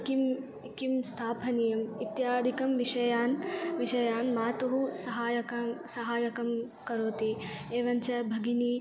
किं किं स्थापनीयम् इत्यादिकं विषयान् विषयान् मातुः सहाय्यकान् सहाय्यकं करोति एवञ्च भगिनी